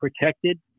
protected